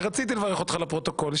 כי רציתי לברך אותך לפרוטוקול.